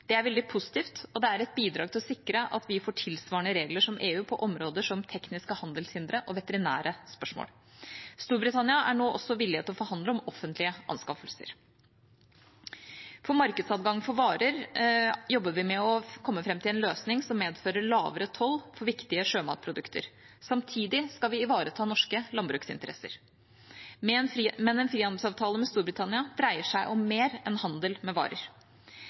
Det er veldig positivt, og det er et bidrag til å sikre at vi får tilsvarende regler som EU på områder som tekniske handelshindre og veterinære spørsmål. Storbritannia er nå også villig til å forhandle om offentlige anskaffelser. For markedsadgang for varer jobber vi med å komme fram til en løsning som medfører lavere toll for viktige sjømatprodukter. Samtidig skal vi ivareta norske landbruksinteresser. Men en frihandelsavtale med Storbritannia dreier seg om mer enn handel med varer.